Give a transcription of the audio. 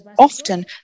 often